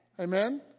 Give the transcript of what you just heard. Amen